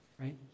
right